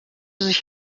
sich